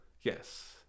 yes